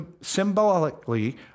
symbolically